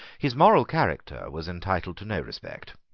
his moral character was entitled to no respect.